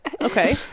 okay